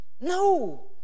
No